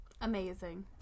Amazing